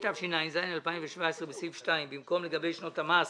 התשע"ז-2017, בסעיף 2, במקום "לגבי שנות המס